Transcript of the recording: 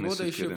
הכנסת קרן ברק.